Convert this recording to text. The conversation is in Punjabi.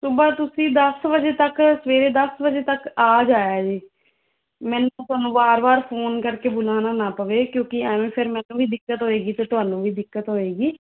ਸੁਬ੍ਹਾ ਤੁਸੀਂ ਦਸ ਵਜੇ ਤੱਕ ਸਵੇਰੇ ਦਸ ਵਜੇ ਤੱਕ ਆ ਜਾਇਆ ਜੇ ਮੈਨੂੰ ਤੁਹਾਨੂੰ ਵਾਰ ਵਾਰ ਫੋਨ ਕਰਕੇ ਬੁਲਾਉਣਾ ਨਾ ਪਵੇ ਕਿਉਂਕਿ ਐਮੇ ਫੇਰ ਮੈਨੂੰ ਵੀ ਦਿੱਕਤ ਹੋਏਗੀ ਅਤੇ ਤੁਹਾਨੂੰ ਵੀ ਦਿੱਕਤ ਹੋਏਗੀ